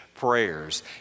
prayers